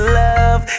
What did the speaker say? love